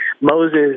Moses